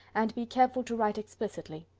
and be careful to write explicitly.